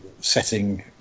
setting